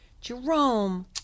Jerome